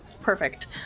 Perfect